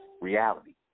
reality